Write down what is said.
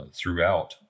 throughout